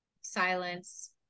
silence